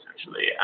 essentially